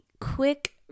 quick